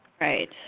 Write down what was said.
Right